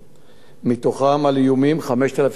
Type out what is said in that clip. מתוכם על איומים, 5,188,